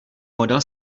model